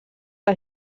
que